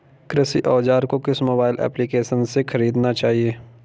कृषि औज़ार को किस मोबाइल एप्पलीकेशन से ख़रीदना चाहिए?